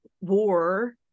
War